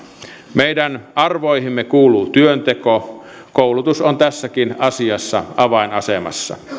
meidän arvoihimme kuuluu työnteko koulutus on tässäkin asiassa avainasemassa